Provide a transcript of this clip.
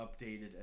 updated